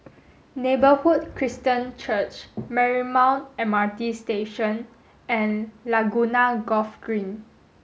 Neighbourhood Christian Church Marymount M R T Station and Laguna Golf Green